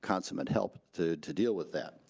consummate help to to deal with that,